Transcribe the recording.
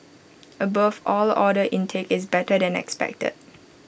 above all order intake is better than expected